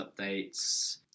updates